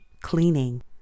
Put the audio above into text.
cleaning